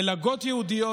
מלגות ייעודיות,